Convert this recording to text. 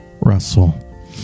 Russell